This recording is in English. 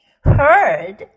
heard